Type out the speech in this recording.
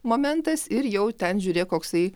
momentas ir jau ten žiūrėk koksai